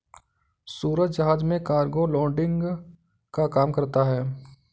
सूरज जहाज में cargo loading का काम करता है